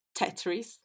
Tetris